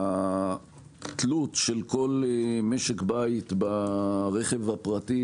התלות של כל משק בית ברכב הפרטי,